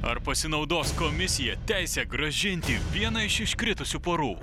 ar pasinaudos komisija teise grąžinti vieną iš iškritusių porų